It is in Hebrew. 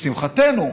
לשמחתנו,